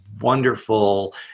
wonderful